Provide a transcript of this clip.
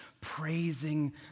praising